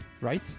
right